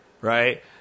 Right